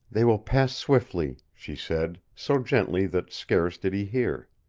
they will pass swiftly, she said, so gently that scarce did he hear.